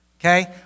okay